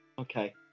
Okay